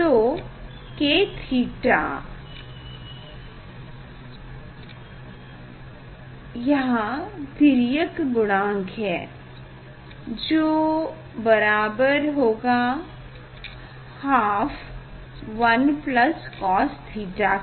तो K theta यहाँ तिर्यकता गुणांक है जो बराबर है half one plus Cos theta के